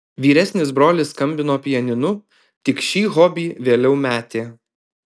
vyresnis brolis skambino pianinu tik šį hobį vėliau metė